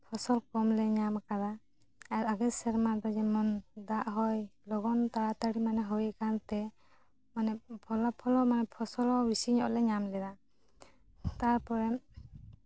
ᱯᱷᱚᱥᱚᱞ ᱠᱚᱢᱞᱮ ᱧᱟᱢ ᱟᱠᱟᱫᱟ ᱟᱨ ᱟᱫᱮᱠ ᱥᱮᱨᱢᱟ ᱫᱚ ᱡᱮᱢᱚᱱ ᱫᱟᱜ ᱦᱚᱭ ᱞᱚᱜᱚᱱ ᱛᱟᱲᱟᱛᱟᱹᱲᱤ ᱢᱟᱱᱮ ᱦᱩᱭ ᱠᱟᱱᱛᱮ ᱢᱟᱱᱮ ᱯᱷᱚᱞᱚᱱ ᱢᱟᱱᱮ ᱯᱷᱚᱥᱚᱞ ᱦᱚᱸ ᱵᱮᱥᱤ ᱧᱚᱜᱞᱮ ᱧᱟᱢ ᱞᱮᱫᱟ ᱛᱟᱨᱯᱚᱨᱮ